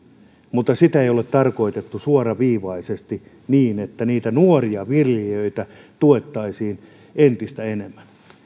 mutta sitä ei ole tarkoitettu suoraviivaisesti niin että nuoria viljelijöitä tuettaisiin entistä enemmän